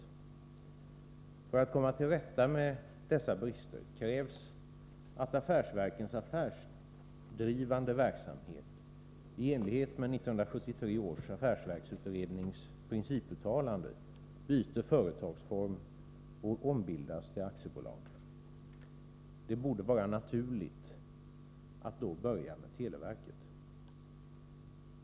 För att man skall komma till rätta med dessa brister krävs att affärsverkens affärsdrivande verksamhet i enlighet med 1973 års affärsverksutrednings principuttalande byter företagsform och ombildas till aktiebolag. Det borde vara naturligt att då börja med televerket.